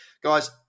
Guys